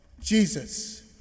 Jesus